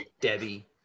Debbie